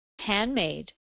Handmade